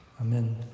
Amen